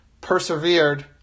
persevered